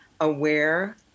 aware